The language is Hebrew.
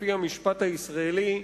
לפי המשפט הישראלי,